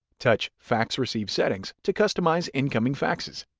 touch fax receive settings to customize incoming faxes.